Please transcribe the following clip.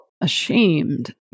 ashamed